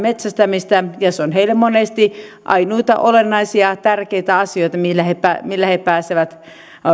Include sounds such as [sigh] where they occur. [unintelligible] metsästämistä ja se että he pääsevät metsään ja metsästämään on heille monesti ainuita olennaisia tärkeitä asioita millä he millä he pääsevät